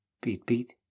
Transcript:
beat-beat